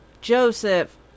Joseph